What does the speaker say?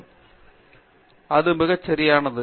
பேராசிரியர் பிரதாப் ஹரிதாஸ் சரி அது மிகச் சரியானது